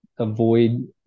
avoid